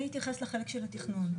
אני אתייחס לחלק של התכנון,